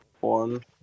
one